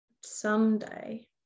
someday